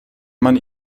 man